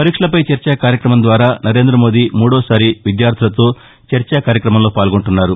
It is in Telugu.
పరీక్షలపై చర్చ కార్యక్రమం ద్వారా నరేంద్ర మోదీ మూడవసారి విద్యార్దులతో చర్చా కార్యక్రమంలో పాల్గొంటున్నారు